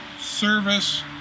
service